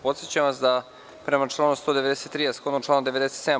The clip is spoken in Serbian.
Podsećam vas da prema članu 193. a shodno članu 97.